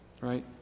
right